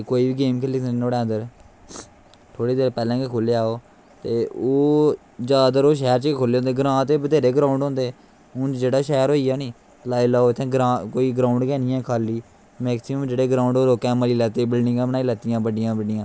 ते कोई बी गेम खेली सकने नोहाड़े अन्दर थोह्ड़ी देर पैह्लैं गै खुल्लेआ ओह् ते ओह् जादातर ओह् शैह्र च गै खुल्ले दे होंदे ग्रांऽ च बतेरे ग्राउंड़ होंदे हून जेह्ड़ा शैह्र होईया नी लाई लैओ उत्थैं ग्राउंड़ गै नी ऐ खाल्ली मैक्सिमम जेह्ड़े ग्राउंड़ ओह् लोकैं मल्ली लैत्ते दे बिल्डिंगा बनाई लैत्ती दियां बड्डियां बड्डियां